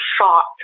shocked